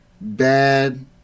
bad